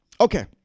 Okay